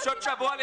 בבקשה.